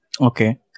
Okay